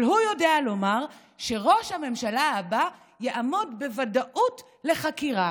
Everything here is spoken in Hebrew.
אבל הוא יודע לומר שראש הממשלה הבא יעמוד בוודאות לחקירה,